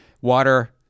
water